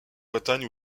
bretagne